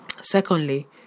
Secondly